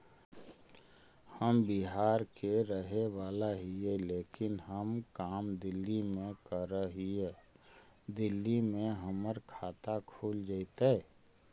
हम बिहार के रहेवाला हिय लेकिन हम काम दिल्ली में कर हिय, दिल्ली में हमर खाता खुल जैतै?